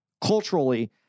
culturally